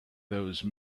those